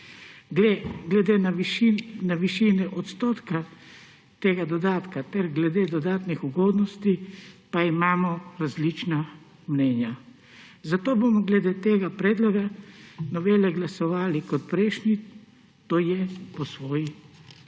Glede na višine odstotka tega dodatka ter glede dodatnih ugodnosti pa imamo različna mnenja. Zato bomo glede tega predloga novele glasovali kot prejšnjič, to je po svoji vesti.